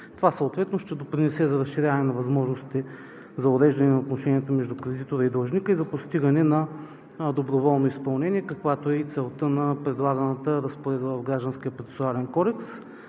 Това съответно ще допринесе за разширяване на възможностите за уреждане на отношенията между кредитора и длъжника и за постигане на доброволно изпълнение, каквато е и целта на предлаганата разпоредба в